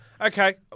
Okay